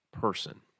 person